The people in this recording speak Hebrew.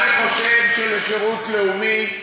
אני חושב ששירות לאומי,